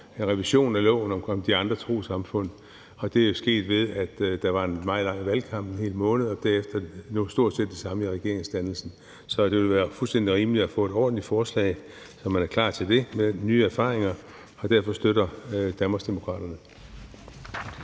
Det er jo sket, ved at der var en meget lang valgkamp, en hel måned, og derefter stort set det samme med regeringsdannelsen. Så det vil være fuldstændig rimeligt at få et ordentligt forslag, når man er klar til det, med nye erfaringer. Derfor støtter Danmarksdemokraterne